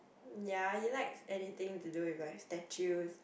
ya he likes anything to do with like statues